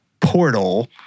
portal